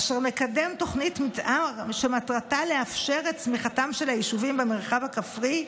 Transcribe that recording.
אשר מקדם תוכנית מתאר שמטרתה לאפשר את צמיחתם של היישובים במרחב הכפרי.